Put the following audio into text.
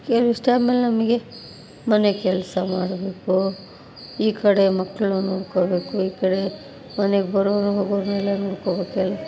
ಕೇಳಿದ ಟೈಮಲ್ ನಮಗೆ ಮನೆ ಕೆಲಸ ಮಾಡಬೇಕು ಈ ಕಡೆ ಮಕ್ಕಳು ನೋಡ್ಕೊಬೇಕು ಈ ಕಡೆ ಮನೆಗೆ ಬರೋರು ಹೋಗೋರನ್ನೆಲ್ಲ ನೋಡ್ಕೊಬೇಕಲ್ಲ